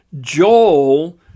Joel